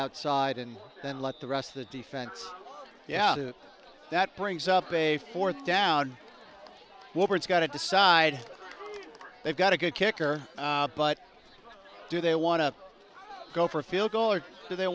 outside and then let the rest of the defense yeah that brings up a fourth down what words got to decide they've got a good kicker but do they want to go for a field goal or do they